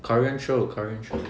korean show korean show